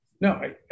No